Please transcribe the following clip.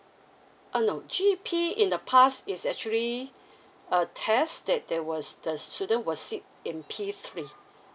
uh no G_P in the past is actually a test that there was the student who are sit in p three